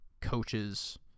coaches